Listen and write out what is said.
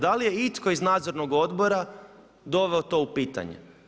Da li je itko iz nadzornog odbora doveo to u pitanje.